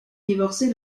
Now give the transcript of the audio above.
divorcer